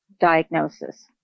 diagnosis